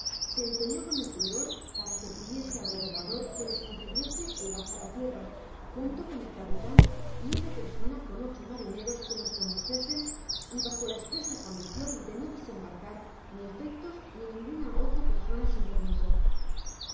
se empeñó con el prior para que pidiese al gobernador que les concediese el bajar á tierra junto con el capitan y otra persona con ocho marineros que nos condujesen y bajo la espresa condicion de no desembarcar ni efectos ni ninguna otra persona sin permiso